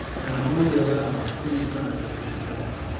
and only allow twenty five into my class